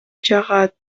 жагат